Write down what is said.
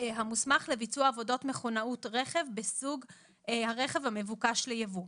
"המוסמך לביצוע עבודות מכונאות רכב בסוג הרכב המבוקש לייבוא".